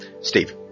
Steve